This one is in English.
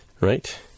right